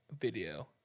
video